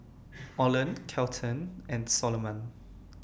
Oland Kelton and Soloman